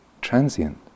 transient